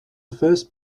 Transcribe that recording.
first